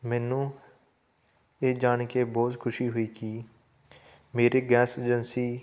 ਮੈਨੂੰ ਇਹ ਜਾਣ ਕੇ ਬਹੁਤ ਖੁਸ਼ੀ ਹੋਈ ਕਿ ਮੇਰੇ ਗੈਸ ਏਜੰਸੀ